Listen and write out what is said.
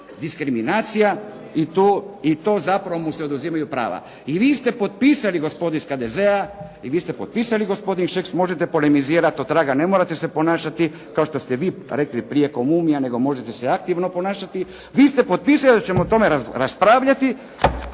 diskriminacija i to zapravo mu se oduzimaju prava. I vi ste potpisali gospodo iz HDZ-a i vi ste potpisali gospodine Šeks. Možete polemizirati otraga, ne morate se ponašati kao što ste vi rekli prije ko mumija, nego možete se aktivno ponašati, vi ste potpisali da ćemo o tome raspravljati,